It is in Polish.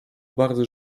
bardzo